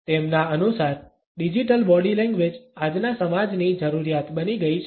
તેમના અનુસાર digital body language આજના સમાજની જરૂરિયાત બની ગઈ છે